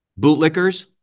bootlickers